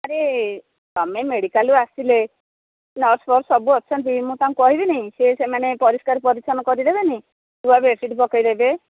ତୁମେ ମେଡିକାଲ୍କୁ ଆସିଲେ ନର୍ସ ଫର୍ସ ସବୁ ଅଛନ୍ତି ମୁଁ ତାଙ୍କୁ କହିବିନି ଯେ ସେମାନେ ପରିଷ୍କାର ପରିଚ୍ଛନ୍ନ କରିଦେବେନି ନୂଆ ବେଡସିଟ୍ ପକେଇ ଦେବେ